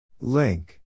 Link